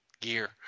gear